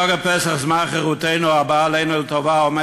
חג הפסח, זמן חירותנו, הבא עלינו לטובה,